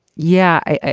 yeah.